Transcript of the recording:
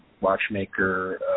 watchmaker